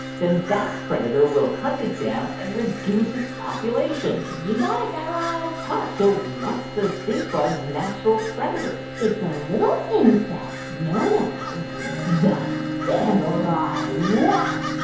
then that predator will hunt it down and reduce its population you got it, guy raz huh. so what's the stink bug's natural predator it's a little insect known as the samurai wasp.